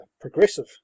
progressive